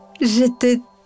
j'étais